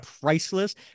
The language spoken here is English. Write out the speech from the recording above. priceless